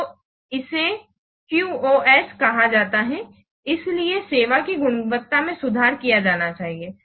तो इसे QoS कहा जाता है इसलिए सेवा की गुणवत्ता में सुधार किया जाना चाहिए